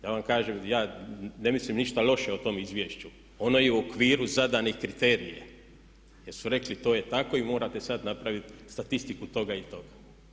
Ja vam kažem ja ne mislim ništa loše o tom izvješću, ono je u okviru zadanih kriterija, jer su rekli to je tako i morate sad napravit statistiku toga i toga.